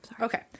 okay